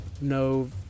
No